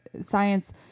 science